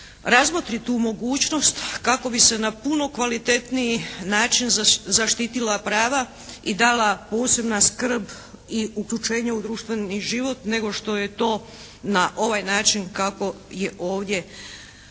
razmotri tu mogućnost kako bi se na puno kvalitetniji način zaštitila prava i dala posebna skrb i uključenje u društveni život nego što je to na ovaj način kako je ovdje